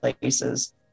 places